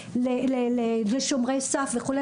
הדרכות לשומרי סף וכו',